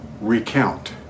recount